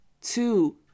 two